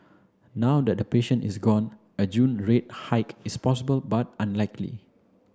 now that patient is gone a June rate hike is possible but unlikely